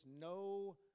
no